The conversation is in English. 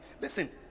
listen